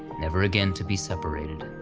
never again to be separated.